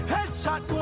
Headshot